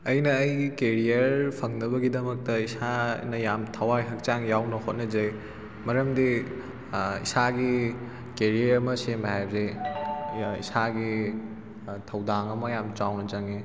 ꯑꯩꯅ ꯑꯩꯒꯤ ꯀꯦꯔꯤꯌꯔ ꯐꯪꯅꯕꯒꯤꯗꯃꯛꯇ ꯏꯁꯥꯅ ꯌꯥꯝꯅ ꯊꯥꯋꯥꯏ ꯍꯛꯆꯥꯡ ꯌꯥꯎꯅ ꯍꯣꯠꯅꯖꯩ ꯃꯔꯝꯗꯤ ꯏꯁꯥꯒꯤ ꯀꯦꯔꯤꯌꯔ ꯑꯃ ꯁꯦꯝꯕ ꯍꯥꯏꯕꯁꯤ ꯏꯁꯥꯒꯤ ꯊꯧꯗꯥꯡ ꯑꯃ ꯌꯥꯝꯅ ꯆꯥꯎꯅ ꯆꯪꯏ